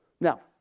Now